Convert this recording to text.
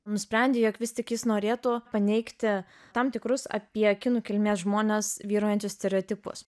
nusprendė jog vis tik jis norėtų paneigti tam tikrus apie kinų kilmės žmones vyraujančius stereotipus